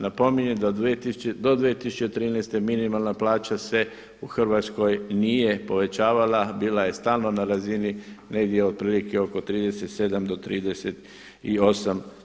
Napominjem da do 2013. minimalna plaća se u Hrvatskoj nije povećavala, bila je stalno na razini negdje otprilike oko 37 do 38%